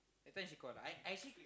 every time she call lah I I actually